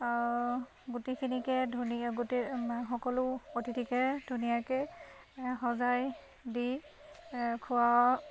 গোটেইখিনিকে গোটেই সকলো অতিথিকে ধুনীয়াকৈ সজাই দি খোওৱা